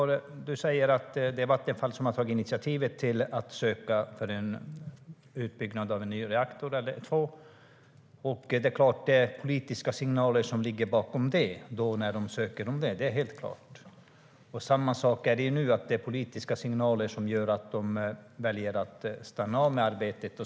Du säger att det är Vattenfall som har tagit initiativet till att söka för en utbyggnad av en ny reaktor eller två. Det är helt klart att det var politiska signaler bakom när man sökte om det. På samma sätt är det nu. Det är politiska signaler som gör att man väljer att stanna av med arbetet.